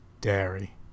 Dairy